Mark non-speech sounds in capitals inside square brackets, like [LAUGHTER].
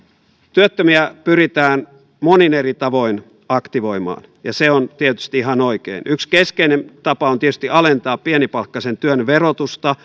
työttömiä pyritään monin eri tavoin aktivoimaan ja se on tietysti ihan oikein yksi keskeinen tapa on tietysti alentaa pienipalkkaisen työn verotusta [UNINTELLIGIBLE]